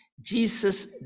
Jesus